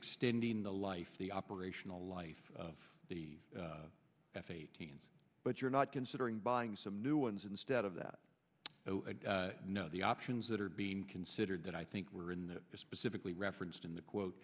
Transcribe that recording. extending the life the operational life of the f a teens but you're not considering buying some new ones instead of that you know the options that are being considered that i think we're in for specifically referenced in the quote